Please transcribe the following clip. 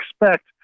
expect